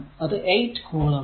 അത് 8 കുളം ആണ്